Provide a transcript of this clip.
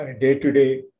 day-to-day